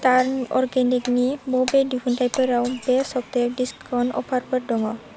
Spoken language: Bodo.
टार्न अर्गेनिक नि बबे दिहुनथाइफोराव बे सप्तायाव डिसकाउन्ट अफारफोर दङ